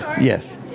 Yes